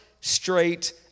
straight